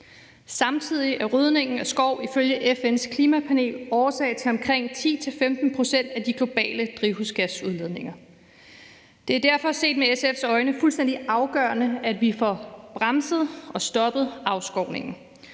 Samtidig er rydningen af skov ifølge FN's Klimapanel årsag til omkring 10-15 pct. af de globale drivhusgasudledninger. Det er derfor set med SF's øjne fuldstændig afgørende, at vi får bremset og stoppet afskovningen.